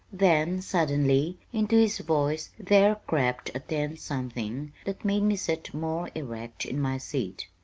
then, suddenly, into his voice there crept a tense something that made me sit more erect in my seat.